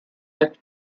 lift